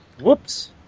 Whoops